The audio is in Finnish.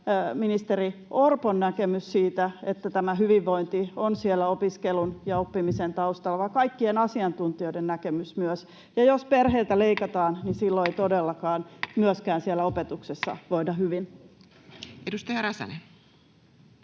ministeri Orpon näkemys siitä, että hyvinvointi on siellä opiskelun ja oppimisen taustalla, vaan myös kaikkien asiantuntijoiden näkemys. Jos perheiltä leikataan, niin silloin ei todellakaan myöskään siellä opetuksessa voida hyvin. [Speech